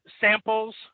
samples